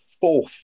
fourth